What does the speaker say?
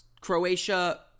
Croatia